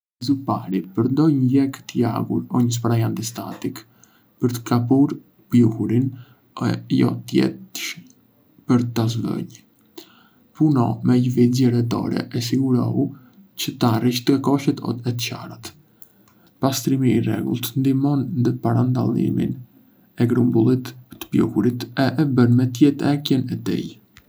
Së pari, përdor një leckë të lagur o një spraj antistatik për të kapur pluhurin e jo thjesht për ta zhvunj. Puno me lëvizje rrethore e sigurohu që të arrish te qoshet e të çarat. Pastrimi i rregullt ndihmon ndë parandalimin e grumbullimit të pluhurit e e bën më të lehtë heqjen e tij.